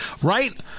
Right